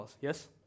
yes